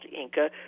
Inca